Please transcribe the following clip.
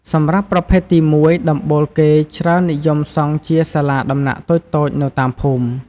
សម្រាប់ប្រភេទទី១ ដំបូលគេច្រើននិយមសង់ជាសាលាដំណាក់តូចៗនៅតាមភូមិ ។